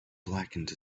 blackened